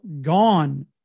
gone